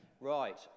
Right